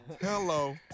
Hello